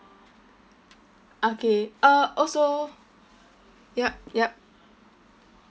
okay uh also yup yup